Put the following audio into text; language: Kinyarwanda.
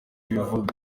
ivuga